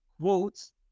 quotes